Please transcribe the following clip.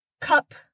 cup